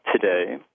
today